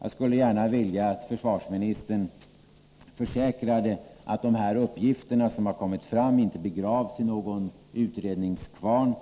Jag skulle gärna vilja att försvarsministern försäkrade att de uppgifter som har framkommit inte kommer att begravas i någon utredningskvarn